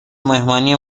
مهمانی